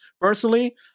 personally